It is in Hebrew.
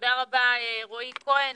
תודה רבה, רועי כהן.